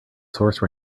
source